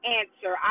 answer